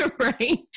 right